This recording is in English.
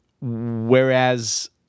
whereas